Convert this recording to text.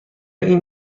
این